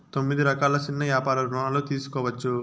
తొమ్మిది రకాల సిన్న యాపార రుణాలు తీసుకోవచ్చు